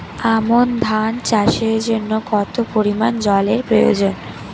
আমন ধান চাষের জন্য কত পরিমান জল এর প্রয়োজন?